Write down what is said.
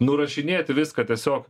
nurašinėti viską tiesiog